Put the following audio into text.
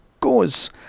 goes